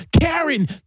Karen